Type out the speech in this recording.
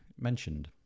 mentioned